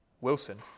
Wilson